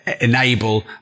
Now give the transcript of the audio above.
enable